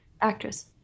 actress